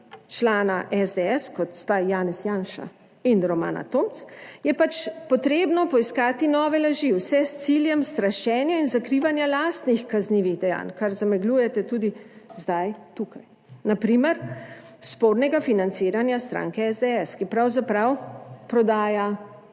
člana SDS, kot sta Janez Janša in Romana Tomc, je pač potrebno poiskati nove laži, vse s ciljem strašenja in zakrivanja lastnih kaznivih dejanj, kar zamegljujete tudi zdaj tukaj, na primer spornega financiranja stranke SDS, ki pravzaprav prodaja